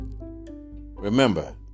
Remember